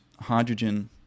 hydrogen